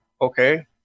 okay